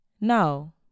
No